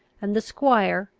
and the squire,